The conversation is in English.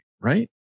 Right